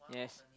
yes